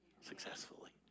successfully